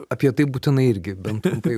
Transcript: apie tai būtinai irgi bent trumpai